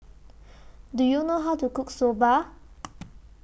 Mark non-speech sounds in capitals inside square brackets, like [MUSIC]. Do YOU know How to Cook Soba [NOISE]